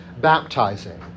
baptizing